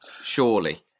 surely